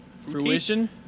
Fruition